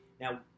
Now